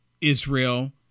Israel